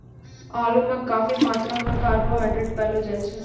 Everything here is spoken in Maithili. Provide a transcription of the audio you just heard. आलू म काफी मात्रा म कार्बोहाइड्रेट पयलो जाय छै